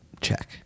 Check